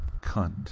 cunt